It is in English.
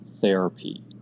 therapy